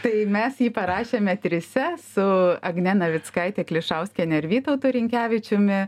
tai mes jį parašėme trise su agne navickaite klišauskiene ir vytautu rinkevičiumi